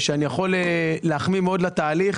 אני יכול להחמיא מאוד לתהליך.